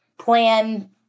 plan